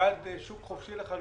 ועד שוק חופשי לחלוטין,